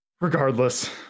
Regardless